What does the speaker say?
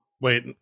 Wait